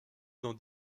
dans